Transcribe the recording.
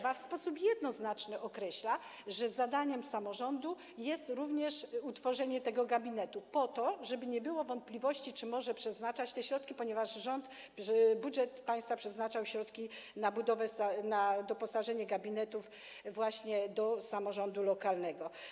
Ta ustawa w sposób jednoznaczny określa, że zadaniem samorządu jest również utworzenie takiego gabinetu, po to, żeby nie było wątpliwości, czy można przeznaczać na to środki, ponieważ rząd, budżet państwa przeznaczał środki na doposażenie gabinetów właśnie dla samorządu lokalnego.